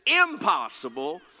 impossible